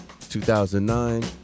2009